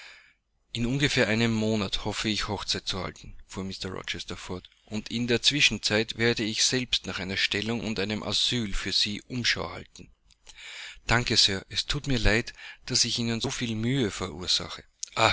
in ungefähr einem monat hoffe ich hochzeit zu halten fuhr mr rochester fort und in der zwischenzeit werde ich selbst nach einer stellung und einem asyl für sie umschau halten danke sir es thut mir leid daß ich ihnen so viel mühe verursache